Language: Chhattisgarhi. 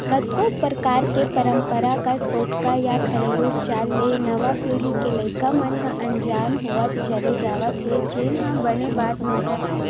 कतको परकार के पंरपरागत टोटका या घेरलू उपचार ले नवा पीढ़ी के लइका मन ह अनजान होवत चले जावत हे जेन ह बने बात नोहय